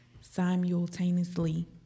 simultaneously